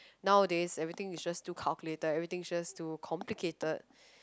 nowadays everything is just too calculated everything just too complicated